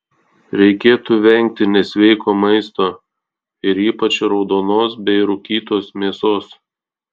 reikėtų vengti nesveiko maisto ir ypač raudonos bei rūkytos mėsos